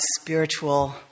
spiritual